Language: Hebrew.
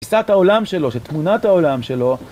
שתפיסת העולם שלו, שתמונת העולם שלו...